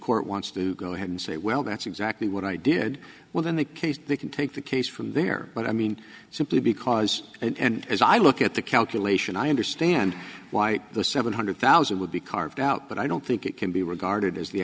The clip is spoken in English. court wants to go ahead and say well that's exactly what i did within the case they can take the case from there but i mean simply because and as i look at the calculation i understand why the seven hundred thousand would be carved out but i don't think it can be regarded as the